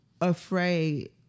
afraid